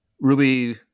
Ruby